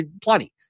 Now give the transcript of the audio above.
plenty